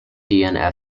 and